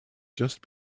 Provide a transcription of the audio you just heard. just